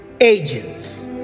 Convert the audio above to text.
agents